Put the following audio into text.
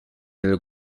del